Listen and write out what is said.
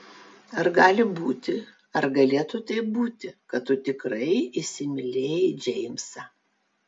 ar gali būti ar galėtų taip būti kad tu tikrai įsimylėjai džeimsą